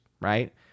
right